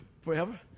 Forever